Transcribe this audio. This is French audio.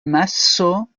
massot